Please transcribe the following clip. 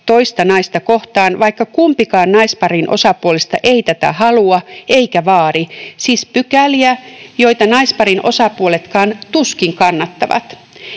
toista naista kohtaan, vaikka kumpikaan naisparin osapuolista ei tätä halua eikä vaadi — siis pykäliä, joita naisparin osapuoletkaan tuskin kannattavat.